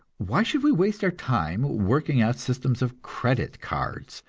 why should we waste our time working out systems of credit-cards,